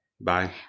Bye